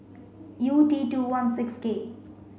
U T two one six K